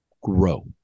grow